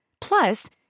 Plus